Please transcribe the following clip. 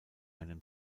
einem